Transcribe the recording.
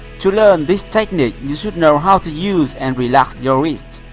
to learn this technique, you should know how to use and relax your wrist.